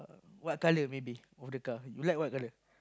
what colour maybe of the car you like what colour